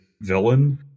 villain